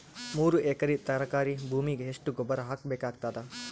ಮೂರು ಎಕರಿ ತರಕಾರಿ ಭೂಮಿಗ ಎಷ್ಟ ಗೊಬ್ಬರ ಹಾಕ್ ಬೇಕಾಗತದ?